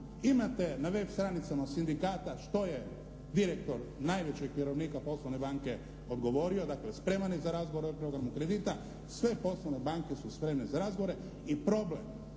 imate na web stranicama sindikata što je direktor najvećeg vjerovnika poslovne banke odgovorio, dakle spreman je za razgovor i …/Govornik se ne razumije./… kredita. Sve poslovne banke su spremne za razgovore. I problem